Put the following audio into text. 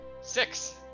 Six